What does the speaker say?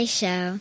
show